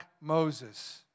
Moses